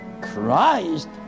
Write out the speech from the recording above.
Christ